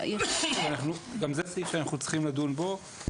גם זה סעיף שאנחנו צריכים לדון בו.